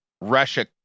Russia